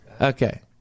Okay